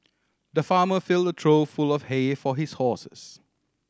the farmer filled a trough full of hay for his horses